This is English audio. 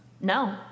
No